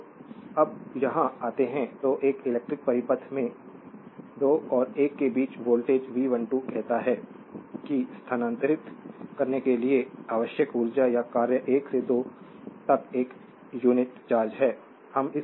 तो जब यहाँ आते हैं तो एक इलेक्ट्रिक परिपथ में 2 और 1 के बीच वोल्टेज V12 कहता है कि स्थानांतरित करने के लिए आवश्यक ऊर्जा या कार्य 1 से 2 तक एक यूनिट चार्ज है